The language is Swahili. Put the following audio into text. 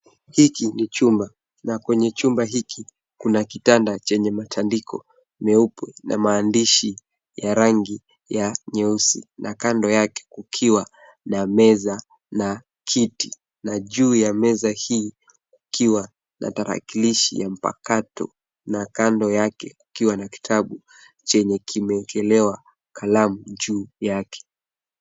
Hiki ni chumba na kwenye chumba hiki kuna kitanda chenye matandiko; meupe na maandishi ya rangi ya nyeusi na kando yake kukiwa na meza na kiti. Na juu ya meza hii kukiwa na tarakililshi ya mpakato, na kando yake kukiwa na kitabu chenye kimeekelewa kalamu juu yake.